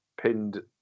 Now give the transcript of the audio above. pinned